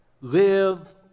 Live